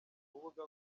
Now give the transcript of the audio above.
rubuga